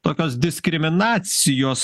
tokios diskriminacijos